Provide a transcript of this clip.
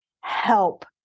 Help